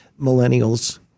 millennials